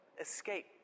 escape